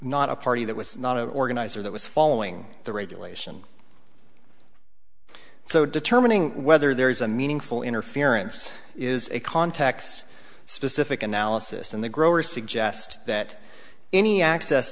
not a party that was not an organizer that was following the regulation so determining whether there is a meaningful interference is a context specific analysis in the grower suggest that any access